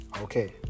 okay